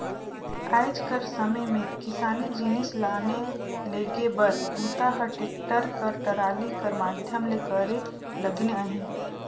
आएज कर समे मे किसानी जिनिस लाने लेगे कर बूता ह टेक्टर कर टराली कर माध्यम ले करे लगिन अहे